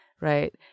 right